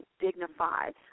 dignified